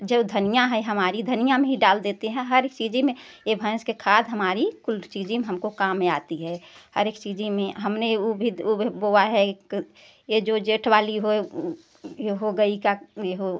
जो धनिया है हमारी धनिया में ही डाल देते हैं हर एक चीज़ में ये भैंस के खाद हमारी कुल चीज़ में हमको काम में आती है हर एक चीज़ में हमने ऊ भी ऊ भी बोआ है ये जो जेठ वाली होए ये हो गई का एहो